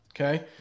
Okay